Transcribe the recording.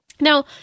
Now